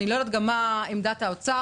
אני לא יודעת גם מה עמדת משרד האוצר.